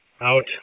out